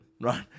right